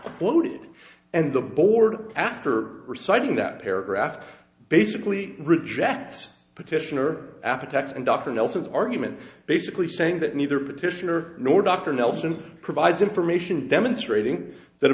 bloated and the board after reciting that paragraph basically rejects petitioner appetites and dr nelson's argument basically saying that neither petitioner nor dr nelson provides information demonstrating that a